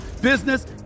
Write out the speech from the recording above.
business